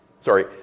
Sorry